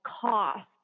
cost